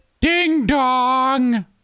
Ding-dong